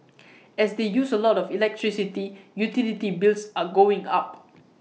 as they use A lot of electricity utility bills are going up